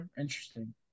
interesting